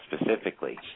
specifically